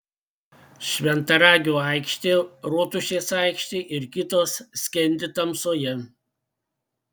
šventaragio aikštė rotušės aikštė ir kitos skendi tamsoje